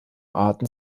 arten